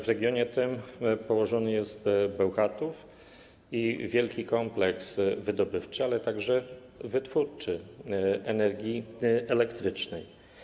W regionie tym położony jest Bełchatów i znajduje się wielki kompleks wydobywczy, ale także wytwórczy energii elektrycznej.